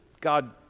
God